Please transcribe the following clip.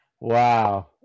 Wow